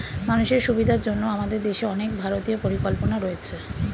মানুষের সুবিধার জন্য আমাদের দেশে অনেক ভারতীয় পরিকল্পনা রয়েছে